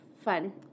fun